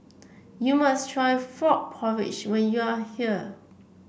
you must try Frog Porridge when you are here